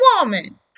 woman